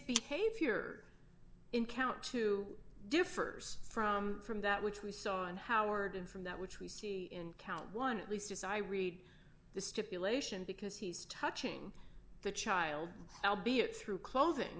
behavior in count two differs from from that which we saw on howard from that which we see in count one at least as i read the stipulation because he's touching the child i'll be it through clothing